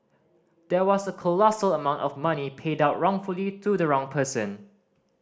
there was a colossal amount of money paid out wrongfully to the wrong person